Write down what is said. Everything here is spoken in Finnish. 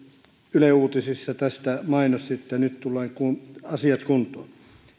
ylen uutisissa tätä mainosti että nyt tulevat asiat kuntoon